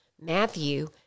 Matthew